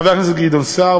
חבר הכנסת גדעון סער,